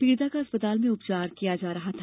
पीड़िता का अस्पताल में उपचार किया जा रहा था